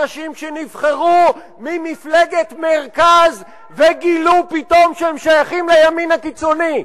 אנשים שנבחרו ממפלגת מרכז וגילו פתאום שהם שייכים לימין הקיצוני.